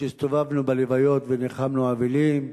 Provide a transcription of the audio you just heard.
כשהסתובבנו בלוויות וניחמנו אבלים,